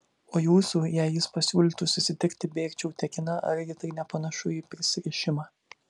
o jūsų jei jis pasiūlytų susitikti bėgčiau tekina argi tai nepanašu į prisirišimą